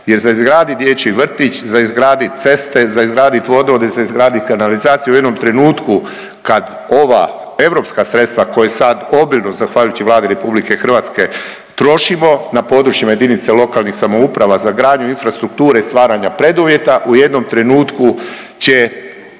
jer za izgradit dječji vrtić, za izgradit ceste, za izgradit vodovode, za izgradit kanalizaciju, u jednom trenutku kad ova europska sredstva koja sad obilno, zahvaljujući Vladi RH, trošimo na područjima JLS za gradnju infrastrukture i stvaranja preduvjeta u jednom trenutku će